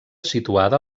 situada